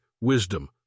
wisdom